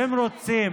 אתם רוצים